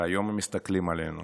והיום הם מסתכלים עלינו